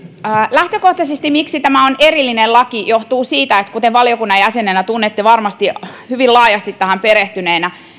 lähtökohtaisesti se että tämä on erillinen laki johtuu siitä kuten valiokunnan jäsenenä hyvin laajasti tähän perehtyneenä varmasti tunnette että